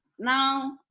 Now